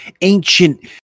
ancient